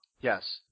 Yes